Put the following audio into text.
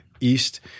east